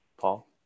Paul